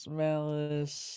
malice